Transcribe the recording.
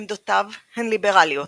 עמדותיו הן ליברליות.